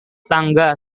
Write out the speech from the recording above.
tangga